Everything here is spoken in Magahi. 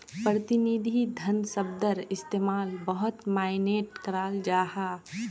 प्रतिनिधि धन शब्दर इस्तेमाल बहुत माय्नेट कराल जाहा